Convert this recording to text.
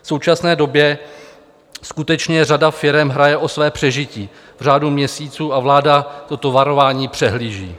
V současné době skutečně řada firem hraje o své přežití v řádu měsíců a vláda toto varování přehlíží.